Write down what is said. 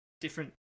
different